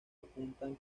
apuntan